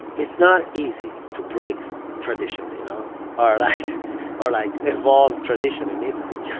it's not easy to break tradition, you know or like or like evolve tradition in italy.